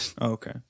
Okay